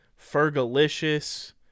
fergalicious